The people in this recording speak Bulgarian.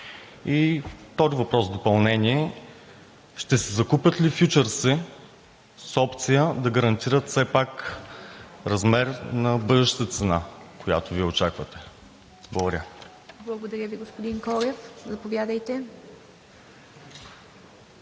И втори въпрос в допълнение: ще се закупят ли фючърси с опция да гарантират все пак размер на бъдеща цена, която Вие очаквате? Благодаря. ПРЕСЕДАТЕЛ ИВА МИТЕВА: Благодаря Ви, господин Колев. Заповядайте.